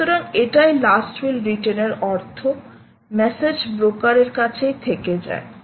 সুতরাং এটাই last will written এর অর্থ্য মেসেজ ব্রোকার এর কাছেই থেকে যায়